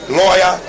lawyer